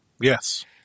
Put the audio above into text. Yes